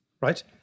right